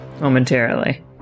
momentarily